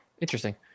interesting